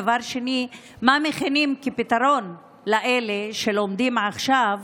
דבר שני: מה מכינים כפתרון לאלה שלומדים עכשיו